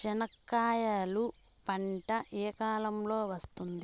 చెనక్కాయలు పంట ఏ కాలము లో వస్తుంది